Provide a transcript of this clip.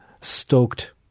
stoked